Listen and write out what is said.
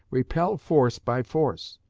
repel force by force.